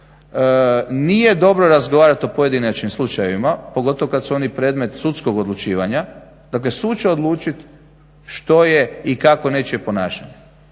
nije dobro razgovarat o pojedinačnim slučajevima pogotovo kad su oni predmet sudskog odlučivanja, dakle sud će odlučit što je i kakvo nečije ponašanje.